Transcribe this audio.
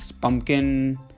pumpkin